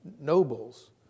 nobles